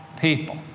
people